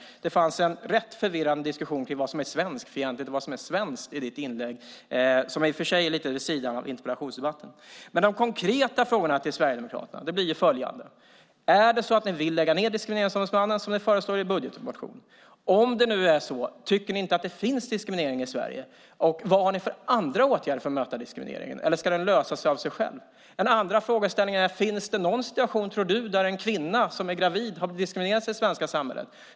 Det var en rätt förvirrande diskussion kring vad som är svenskfientligt och vad som är svenskt i ditt inlägg, som i och för sig är lite vid sidan av den här interpellationsdebatten. De konkreta frågorna till Sverigedemokraterna blir följande: Är det så som ni föreslår i er budgetmotion att ni vill lägga ned Diskrimineringsombudsmannen? Om det är så, tycker ni inte att det finns diskriminering i Sverige? Vad har ni för andra åtgärder för att möta diskrimineringen, eller ska frågan lösas av sig själv? En annan fråga är: Finns det någon situation där en kvinna som är gravid har blivit diskriminerad i det svenska samhället?